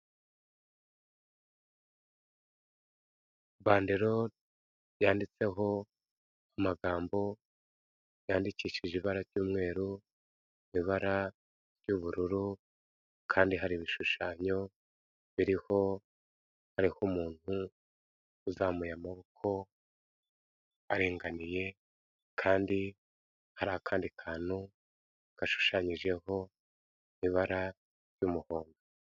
Banderore yanditseho amagambo yandikishije ibara ry'umweru, ibara ry'ubururu kandi hari ibishushanyo biriho, hariho umuntu uzamuye amaboko, aringaniye kandi hari akandi kantu gashushanyijeho ibara ry'umuhondo.